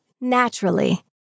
naturally